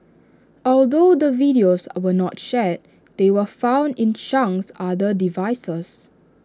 although the videos were not shared they were found in Chang's other devices